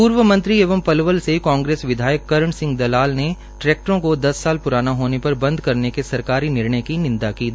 पूर्व मंत्री एवं पलवल से कांग्रेस विधायक कर्ण सिह दलाल ने ट्रैक्टरो को दस साल प्रान होने पर बंद करने के सरकारी निर्णय की निंदा की है